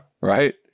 Right